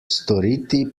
storiti